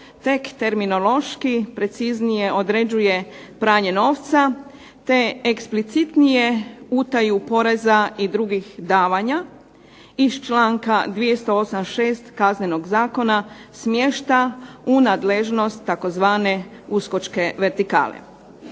tek terminološki preciznije određuje pranje novca, te eksplicitnije utaju poreza i drugih davanja iz članka 208. šest Kaznenog zakona smješta u nadležnost tzv. uskočke vertikale.